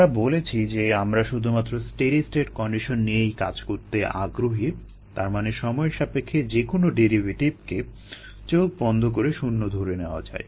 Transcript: আমরা বলেছি যে আমরা শুধুমাত্র স্টেডি স্টেট কন্ডিশন নিয়েই কাজ করতে আগ্রহী তার মানে সময়ের সাপেক্ষে যেকোনো ডেরিভেটিভ কে চোখ বন্ধ করে শূণ্য ধরে নেওয়া যায়